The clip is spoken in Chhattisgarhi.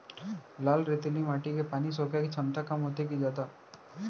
लाल रेतीली माटी के पानी सोखे के क्षमता कम होथे की जादा?